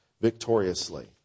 victoriously